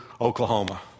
Oklahoma